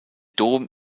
dom